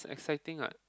exciting [what]